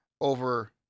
over